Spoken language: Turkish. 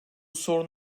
sorun